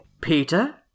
Peter